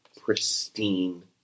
pristine